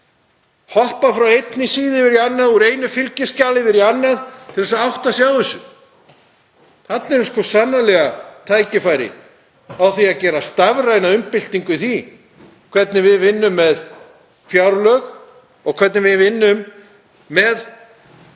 hoppa frá einni síðu yfir í aðra, úr einu fylgiskjali yfir í annað, til að átta sig á þessu. Þarna eru sannarlega tækifæri á því að gera stafræna umbyltingu í því hvernig við vinnum með fjárlög og hvernig við vinnum með